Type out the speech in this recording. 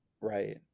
Right